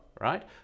Right